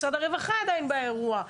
משרד הרווחה עדיין באירוע,